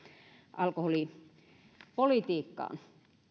alkoholipolitiikkaan